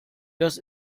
das